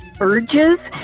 urges